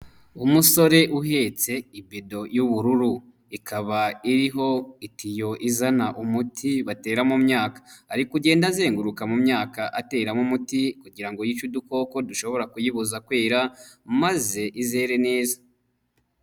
Umusore uhetse ibido y'ubururu, ikaba iriho itiyo izana umuti batera mu myaka, ari kugenda azenguruka mu myaka, ateramo umuti kugira ngo yice udukoko dushobora kuyibuza kwera, maze izere neza.